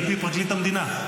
על פי פרקליט המדינה?